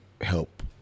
help